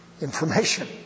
information